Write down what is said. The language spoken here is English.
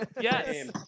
yes